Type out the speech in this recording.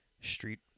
street